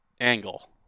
Angle